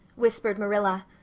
whispered marilla.